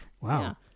Wow